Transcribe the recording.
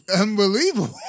unbelievable